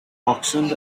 auctioned